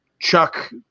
Chuck